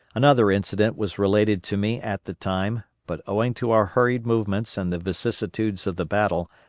another incident was related to me at the time, but owing to our hurried movements and the vicissitudes of the battle,